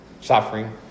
Suffering